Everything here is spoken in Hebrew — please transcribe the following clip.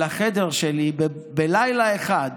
אל החדר שלי לילה אחד